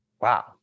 wow